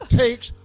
takes